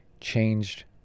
changed